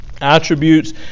attributes